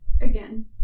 Again